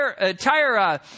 entire